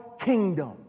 kingdom